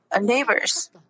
neighbors